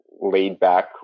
laid-back